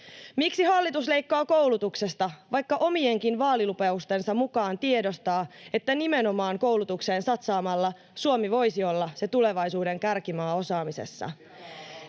Miksi hallitus leikkaa koulutuksesta, vaikka omienkin vaalilupaustensa mukaan tiedostaa, että nimenomaan koulutukseen satsaamalla Suomi voisi olla se tulevaisuuden kärkimaa osaamisessa?